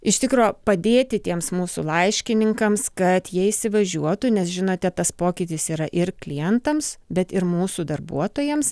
iš tikro padėti tiems mūsų laiškininkams kad jie įsivažiuotų nes žinote tas pokytis yra ir klientams bet ir mūsų darbuotojams